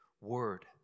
word